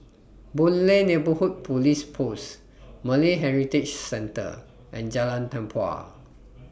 Boon Lay Neighbourhood Police Post Malay Heritage Centre and Jalan Tempua